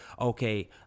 okay